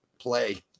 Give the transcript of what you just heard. play